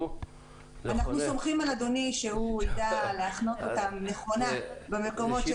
אנחנו סומכים על אדוני שהוא ידע להחנות אותם נכונה במקומות שצריך.